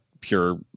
pure